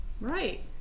right